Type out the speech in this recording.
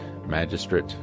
Magistrate